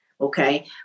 Okay